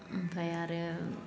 ओमफ्राय आरो